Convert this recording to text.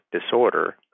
disorder